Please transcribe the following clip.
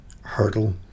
hurdle